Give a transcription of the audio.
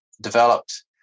developed